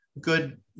good